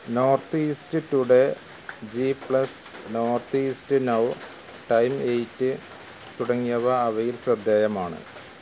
north East Today G plus North East Now Time Eight തുടങ്ങിയവ അവയിൽ ശ്രദ്ധേയമാണ്